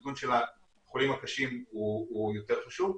לכן הנתון של החולים הקשים הוא יותר חשוב.